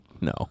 No